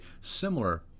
similar